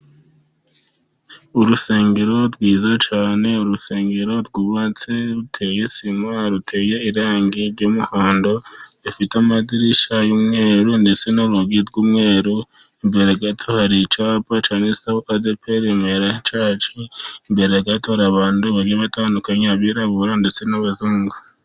Urusengero rwiza cyane, urusengero rwubatse ruteye sima, ruteye irangi ry'umuhondo, rufite amadirishya y'umweru ndetse n'urugi rw'umweru, imbere gato hari icyapa cyanditseho adeperi remera caci, imbere gato hari abantu bagiye batandukanye, abirabura ndetse n'abazungu.